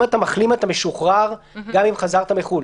אם אתה מחלים אתה משוחרר גם אם חזרת מחו"ל.